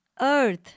Earth